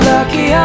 Lucky